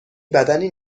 بدنی